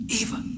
Eva